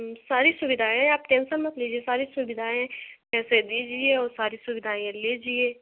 हूँ सारी सुविधाएँ आप टेन्शन मत लीजिए सारी सुविधाएँ पैसे दीजिए और सारी सुविधाएँ लीजिए